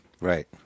Right